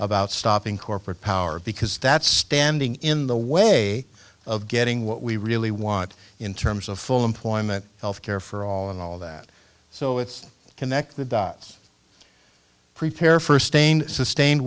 about stopping corporate power because that's standing in the way of getting what we really want in terms of full employment health care for all and all that so it's connect the dots prepare for stayin